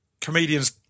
comedians